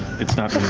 it's not